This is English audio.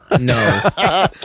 No